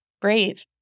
brave